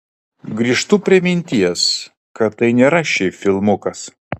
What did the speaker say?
grįžtu prie minties kad tai nėra šiaip filmukas